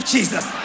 Jesus